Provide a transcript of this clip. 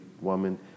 woman